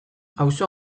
auzo